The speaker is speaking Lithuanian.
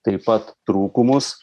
taip pat trūkumus